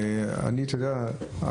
אתה יודע,